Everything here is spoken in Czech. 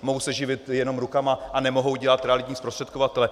Mohou se živit jenom rukama a nemohou dělat realitní zprostředkovatele?